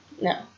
No